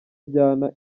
ajyana